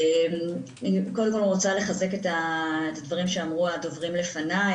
אני קודם כל רוצה לחזק את הדברים שאמרו הדוברים לפניי.